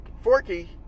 forky